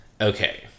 Okay